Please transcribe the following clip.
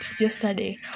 yesterday